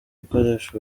ukoresha